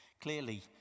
Clearly